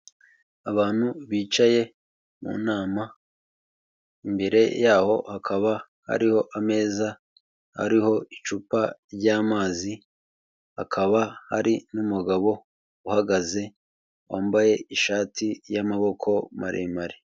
Abantu bicaye mu nama, imbere yaho hakaba hariho ameza ariho icupa ry'amazi, akaba ari n'umugabo uhagaze, wambaye ishati y'amaboko maremare.